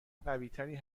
قویتری